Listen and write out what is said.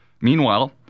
Meanwhile